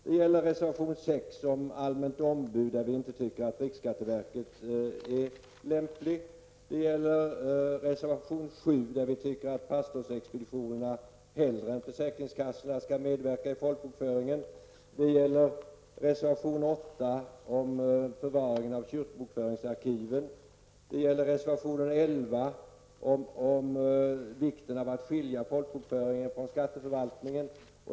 Det gäller reservation 6 om allmänt ombud, där vi inte tycker att riksskatteverket är lämpligt. Det gäller reservation 7, där vi tycker att pastorsexpeditionerna hellre än försäkringskassorna skall medverka i folkbokföringen. Det gäller reservation 8 om förvaring av kyrkobokföringsarkiven. Det gäller reservation 11 om vikten av att skilja folkbokföringen från skatteförvaltningen.